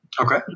Okay